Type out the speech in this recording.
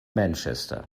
manchester